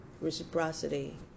reciprocity